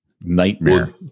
nightmare